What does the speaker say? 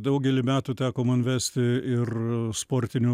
daugelį metų teko man vesti ir sportinių